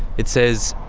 it says,